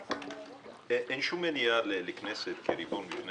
אין שום מניעה לכנסת כריבון בפני